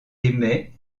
émet